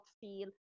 feel